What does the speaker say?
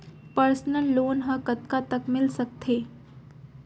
Personal loan ह कतका तक मिलिस सकथे?